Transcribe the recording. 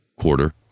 quarter